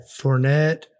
Fournette